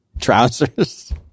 Trousers